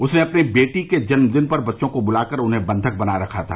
उसने अपनी बेटी के जन्मदिन पर बच्चों को बुलाकर उन्हें बंधक बना रखा था